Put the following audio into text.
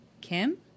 kim